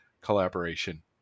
collaboration